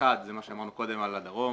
הראשון מה שאמרנו קודם על הדרום,